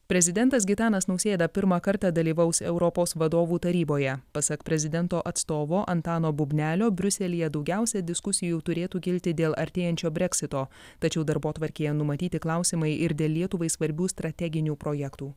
prezidentas gitanas nausėda pirmą kartą dalyvaus europos vadovų taryboje pasak prezidento atstovo antano bubnelio briuselyje daugiausia diskusijų turėtų kilti dėl artėjančio breksito tačiau darbotvarkėje numatyti klausimai ir dėl lietuvai svarbių strateginių projektų